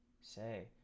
Say